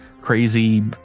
crazy